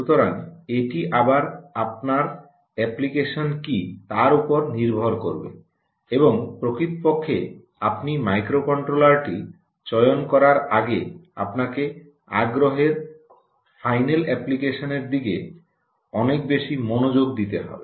সুতরাং এটি আবার আপনার অ্যাপ্লিকেশন কী তার উপর নির্ভর করবে এবং প্রকৃতপক্ষে আপনি মাইক্রোকন্ট্রোলারটি চয়ন করার আগে আপনাকে আগ্রহের ফাইনাল অ্যাপ্লিকেশনের দিকে অনেক বেশি মনোযোগ দিতে হবে